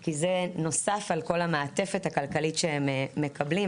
כי זה נוסף על כל המעטפת הכלכלית שהם מקבלים,